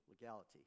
legality